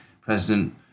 President